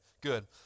good